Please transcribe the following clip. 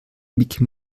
micky